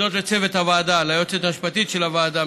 הציבור.